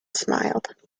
smiled